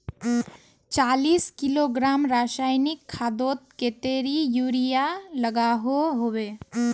चालीस किलोग्राम रासायनिक खादोत कतेरी यूरिया लागोहो होबे?